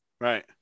Right